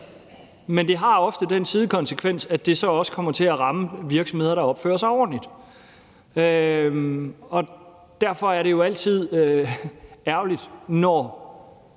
men det har ofte den sidekonsekvens, at det også kommer til at ramme virksomheder, der opfører sig ordentligt. Derfor er det jo altid ærgerligt, når